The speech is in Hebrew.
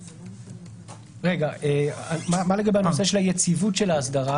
מה לגבי הנושא של היציבות של האסדרה